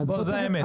זו האמת.